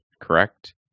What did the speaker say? Correct